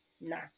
nah